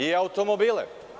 I automobile.